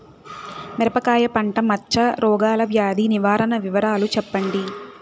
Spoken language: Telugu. మిరపకాయ పంట మచ్చ రోగాల వ్యాధి నివారణ వివరాలు చెప్పండి?